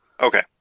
Okay